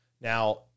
Now